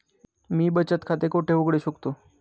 मी बचत खाते कोठे उघडू शकतो?